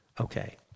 Okay